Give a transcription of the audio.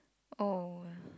oh